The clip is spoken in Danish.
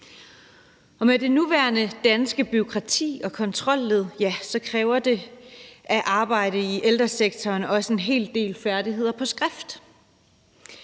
Med det nuværende danske bureaukrati og de nuværende kontrolled kræver det at arbejde i ældresektoren også en hel del færdigheder på skrift.